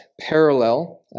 parallel